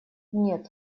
нет